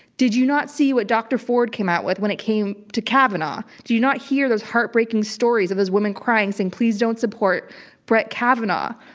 did you not see what dr. ford came out with when it came to kavanaugh? did you not hear those heartbreaking stories of these women crying saying, please don't support brett kavanaugh,